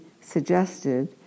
suggested